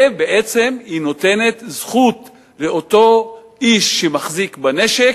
ובעצם היא נותנת זכות לאותו איש שמחזיק בנשק